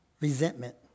Resentment